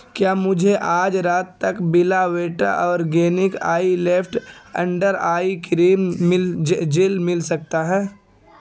کیا مجھے آج رات تک Bella Vita organic eye lift under eye cream gel مل سکتا ہے